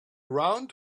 round